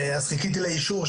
אני אורי גז,